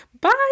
Bye